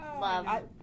Love